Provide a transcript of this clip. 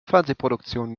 fernsehproduktionen